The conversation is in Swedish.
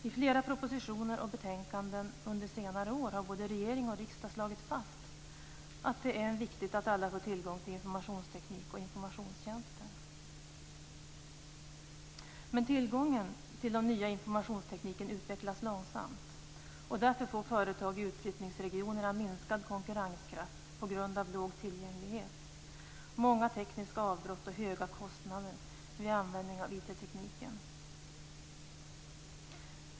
I flera propositioner och betänkanden under senare år har både regering och riksdag slagit fast att det är viktigt att alla har tillgång till informationsteknik och informationstjänster. Men tillgången till den nya informationstekniken utvecklas långsamt. Därmed får företag i utflyttningsregionerna en minskad konkurrenskraft på grund av liten tillgänglighet samt många tekniska avbrott och höga kostnader vid användning av IT-tekniken.